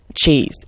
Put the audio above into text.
Cheese